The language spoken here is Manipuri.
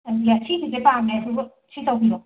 ꯌꯥꯝ ꯌꯥꯛꯑꯦ ꯁꯤ ꯐꯤꯁꯦ ꯄꯥꯝꯃꯦ ꯁꯤ ꯇꯧꯕꯤꯔꯣ